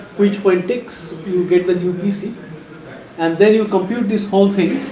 which go and ticks you get the new pc and then you compute this home fill,